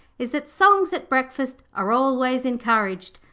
is that songs at breakfast are always encouraged.